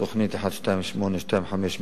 תוכנית 12825,